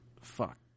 fuck